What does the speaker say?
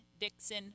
Dixon